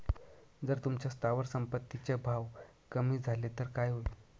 जर तुमच्या स्थावर संपत्ती चे भाव कमी झाले तर काय होईल?